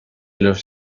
los